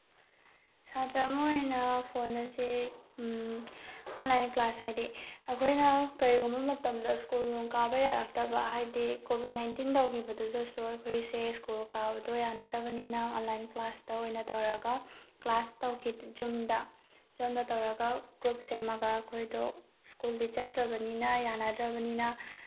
ꯁꯥꯇ꯭꯭ꯔ ꯑꯃ ꯑꯣꯏꯅ ꯐꯣꯟ ꯑꯁꯦ ꯑꯣꯟꯂꯥꯏꯟ ꯀ꯭ꯂꯥꯁ ꯍꯥꯏꯗꯤ ꯑꯩꯈꯣꯏꯅ ꯀꯔꯤꯒꯨꯝꯕ ꯃꯇꯝꯗ ꯁ꯭ꯀꯨꯜ ꯅꯨꯡ ꯀꯥꯕ ꯌꯥꯔꯛꯇꯕ ꯍꯥꯏꯗꯤ ꯀꯣꯚꯤꯠ ꯅꯥꯏꯟꯇꯤꯟ ꯇꯧꯒꯤꯕꯗꯨꯗꯁꯨ ꯑꯩꯈꯣꯏꯁꯦ ꯁ꯭ꯀꯨꯜ ꯀꯥꯕꯗꯣ ꯌꯥꯅꯗꯕꯅꯤꯅ ꯑꯣꯟꯂꯥꯏꯟ ꯀ꯭ꯂꯥꯁꯇ ꯑꯣꯏꯅ ꯇꯧꯔꯒ ꯀ꯭ꯂꯥꯁ ꯇꯧꯈꯤ ꯖꯨꯝꯗ ꯖꯨꯝꯗ ꯇꯧꯔꯒ ꯒ꯭ꯔꯨꯞ ꯁꯦꯝꯃꯒ ꯑꯩꯈꯣꯏꯗꯣ ꯁ꯭ꯀꯨꯜꯗꯤ ꯆꯠꯇ꯭ꯔꯕꯅꯤꯅ ꯌꯥꯅꯗ꯭ꯔꯕꯅꯤꯅ